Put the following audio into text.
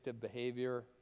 behavior